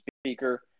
speaker